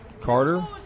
Carter